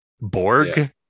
Borg